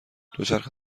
دوچرخه